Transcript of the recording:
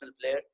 player